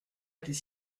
était